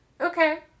Okay